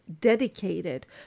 dedicated